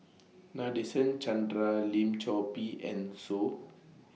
Nadasen Chandra Lim Chor Pee and Soh